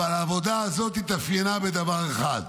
אבל העבודה הזאת התאפיינה בדבר אחד,